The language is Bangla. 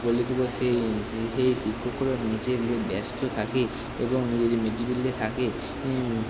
বলে দেব সেই সেই শিক্ষকরা নিজেরা ব্যস্ত থাকে এবং মিড ডে মিল নিয়ে থাকে